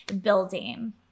building